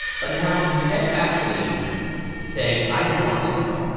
but now instead of actually saying i just want this one.